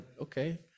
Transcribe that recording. okay